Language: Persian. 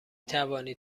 توانید